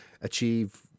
achieve